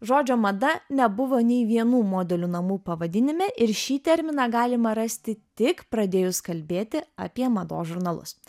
žodžio mada nebuvo nei vienų modelių namų pavadinime ir šį terminą galima rasti tik pradėjus kalbėti apie mados žurnalus